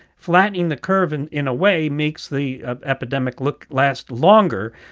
flattening the curve, and in a way, makes the epidemic look last longer,